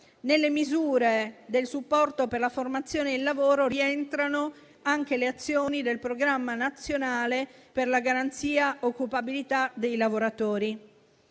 Nelle misure del supporto per la formazione e il lavoro rientrano anche le azioni del programma nazionale per la garanzia occupabilità dei lavoratori